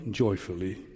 joyfully